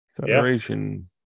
federation